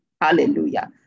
hallelujah